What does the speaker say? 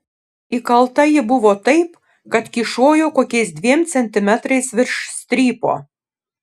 įkalta ji buvo taip kad kyšojo kokiais dviem centimetrais virš strypo